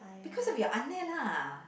because of your ah-neh lah